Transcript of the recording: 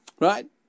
Right